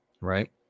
right